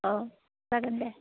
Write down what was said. अ जागोन दे